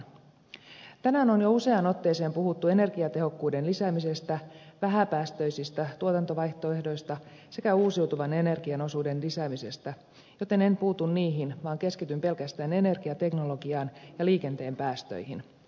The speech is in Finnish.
tänään on jo useaan otteeseen puhuttu energiatehokkuuden lisäämisestä vähäpäästöisistä tuotantovaihtoehdoista sekä uusiutuvan energian osuuden lisäämisestä joten en puutu niihin vaan keskityn pelkästään energiateknologiaan ja liikenteen päästöihin